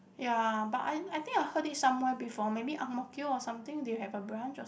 ya but I I think I heard it somewhere before maybe Ang-Mo-Kio or something they have a branch or